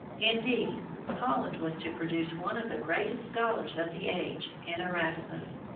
indeed holland was to produce one of the greatest scholars of the age in erasmus,